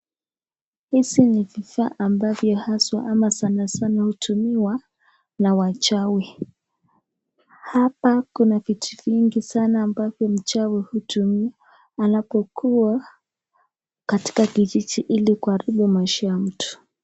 Hizi ni vifaa ambavyo haswa ama sanasana hutumiwa na wachawi. Hapa kuna vitu vingi sana ambavyo mchawi hutumia anapokuwa katika kijiji ili kuharibu maisha ya mtu.